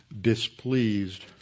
displeased